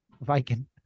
Viking